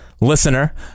listener